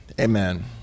amen